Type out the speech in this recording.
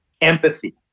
empathy